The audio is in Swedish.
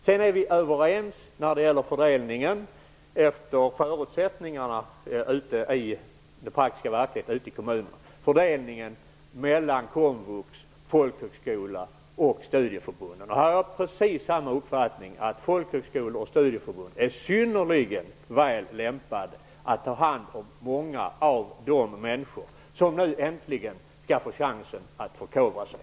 Vi är överens när det gäller fördelningen efter förutsättningarna ute i den praktiska verkligheten i kommunerna mellan komvux, folkhögskola och studieförbunden. Jag har precis samma uppfattning. Folkhögskolor och studieförbund är synnerligen väl lämpade att ta hand om många av de människor som nu äntligen skall få chansen att förkovra sig.